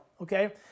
okay